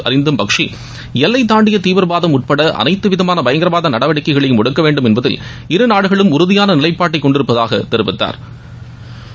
அரிந்தம் பக்ஷி எல்லை தாண்டிய தீவிரவாதம் உட்பட அனைத்து விதமான பயங்கரவாத நடவடிக்கைகளையும் ஒடுக்க வேண்டும் என்பதில் இருநாடுகளும் உறுதியான நிலைப்பாட்டை கொண்டிருப்பதாக தெரிவித்தாா்